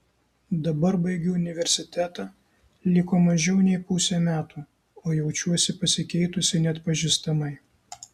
dabar baigiu universitetą liko mažiau nei pusė metų o jaučiuosi pasikeitusi neatpažįstamai